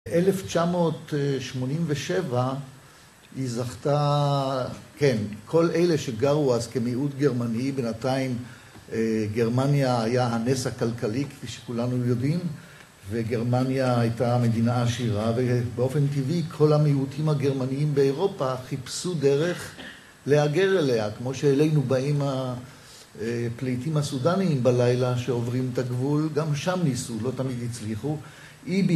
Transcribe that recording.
1987 היא זכתה, כן, כל אלה שגרו אז כמיעוט גרמני, בינתיים גרמניה היה הנס הכלכלי, כפי שכולנו יודעים, וגרמניה הייתה מדינה עשירה, ובאופן טבעי כל המיעוטים הגרמניים באירופה חיפשו דרך להגר אליה, כמו שאלינו באים הפליטים הסודניים בלילה שעוברים את הגבול, גם שם ניסו, לא תמיד הצליחו. אי-ביי.